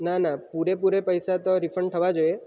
નાના પૂરેપૂરા પૈસા તો રિફંડ થવા જોઈએ